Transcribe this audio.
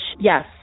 yes